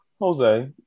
jose